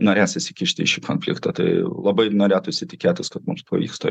norės įsikišti į šį konfliktą tai labai norėtųsi tikėtis kad mums pavyks to